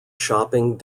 shopping